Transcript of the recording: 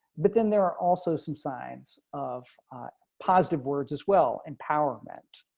but then there are also some signs of positive words as well empowerment